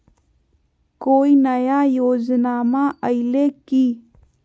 कोइ नया योजनामा आइले की?